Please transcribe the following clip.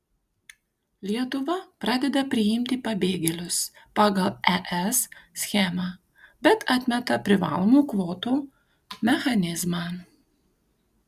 lietuva pradeda priimti pabėgėlius pagal es schemą bet atmeta privalomų kvotų mechanizmą